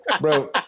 Bro